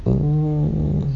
mm